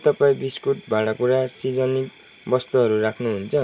के तपाईँ बिस्कुट भाँडाकुँडा सिजनिङ वस्तुहरू राख्नुहुन्छ